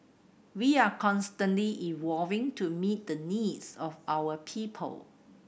we are constantly evolving to meet the needs of our people